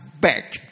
back